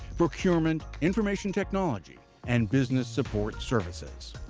procurement, information technology, and business support services.